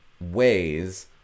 ways